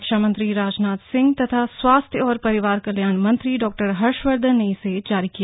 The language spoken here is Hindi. रक्षा मंत्री राजनाथ सिंह तथा स्वास्थ्य और परिवार कल्याण मंत्री डॉक्टर हर्षवर्धन ने इसे जारी किया